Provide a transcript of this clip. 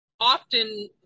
often